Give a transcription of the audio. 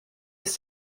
ist